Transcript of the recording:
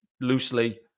loosely